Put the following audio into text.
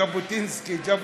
ז'בוטינסקי, ז'בוטינסקי.